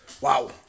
Wow